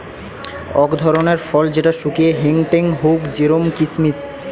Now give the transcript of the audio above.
অক ধরণের ফল যেটা শুকিয়ে হেংটেং হউক জেরোম কিসমিস